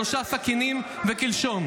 שלושה סכינים וקלשון.